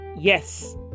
Yes